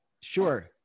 Sure